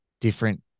different